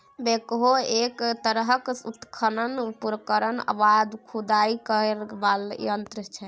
backhoe एक तरहक उत्खनन उपकरण वा खुदाई करय बला यंत्र छै